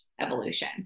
evolution